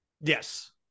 Yes